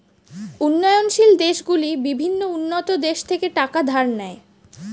উন্নয়নশীল দেশগুলি বিভিন্ন উন্নত দেশ থেকে টাকা ধার নেয়